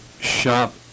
shop